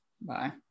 bye